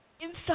Inside